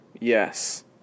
Yes